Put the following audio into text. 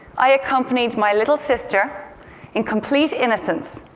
i accompanied my little sister in complete innocence,